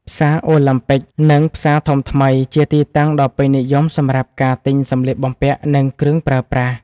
ផ្សារអូឡាំពិក និងផ្សារធំថ្មី ជាទីតាំងដ៏ពេញនិយមសម្រាប់ការទិញសម្លៀកបំពាក់ និងគ្រឿងប្រើប្រាស់។